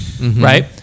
right